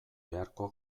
beharko